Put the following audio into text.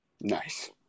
Nice